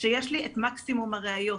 שיש לי את מקסימום הראיות,